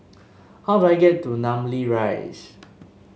how do I get to Namly Rise